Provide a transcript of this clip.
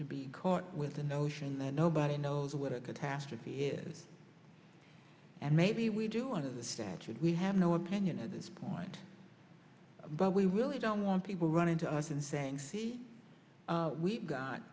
to be caught with the notion that nobody knows what a catastrophe is and maybe we do under the statute we have no opinion at this point but we really don't want people running to us and saying we've got